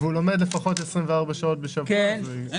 אם הוא לומד לפחות 24 שעות, אז כן.